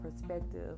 perspective